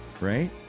Right